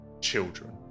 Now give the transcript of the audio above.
children